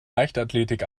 leichtathletik